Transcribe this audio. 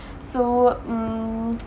so mm